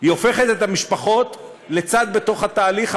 היא הופכת את המשפחות לצד בתהליך,